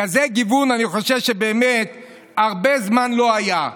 כזה גיוון אני חושב שבאמת הרבה זמן לא היה.